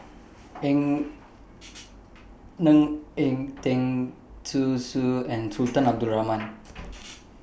Ng Eng Teng Zhu Xu and Sultan Abdul Rahman